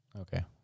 Okay